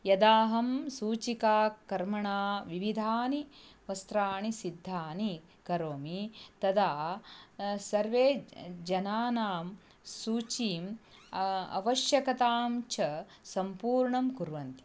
यदाहं सूचिकाकर्मणा विविधानि वस्त्राणि सिद्धानि करोमि तदा सर्वे जनानां सूचीम् अवश्यकतां च सम्पूर्णं कुर्वन्ति